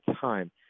time